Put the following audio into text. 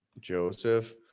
Joseph